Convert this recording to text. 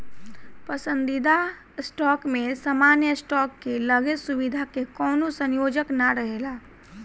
पसंदीदा स्टॉक में सामान्य स्टॉक के लगे सुविधा के कवनो संयोजन ना रहेला